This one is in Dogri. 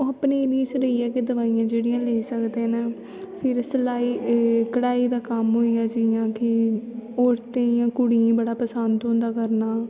ओह् अपने एरियै च रेहियै गै दवाईयां जेह्ड़ियां लेई सकदे नै फिर सलाई पढ़ाई दा कम्म होईया जियां कि औरतें कुड़ियें गी बड़ा पसंद होंदा करना